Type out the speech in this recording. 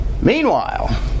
Meanwhile